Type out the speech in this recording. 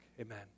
Amen